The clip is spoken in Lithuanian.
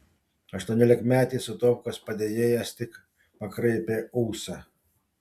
aštuoniolikmetis utovkos padėjėjas tik pakraipė ūsą